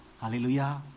Hallelujah